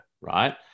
right